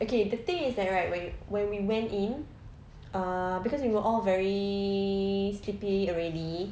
okay the thing is that right when you when we went in uh cause we were all very sleepy already